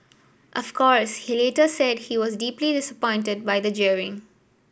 of course he later said he was deeply disappointed by the jeering